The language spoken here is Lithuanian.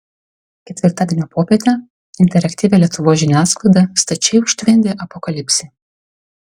ketvirtadienio popietę interaktyvią lietuvos žiniasklaidą stačiai užtvindė apokalipsė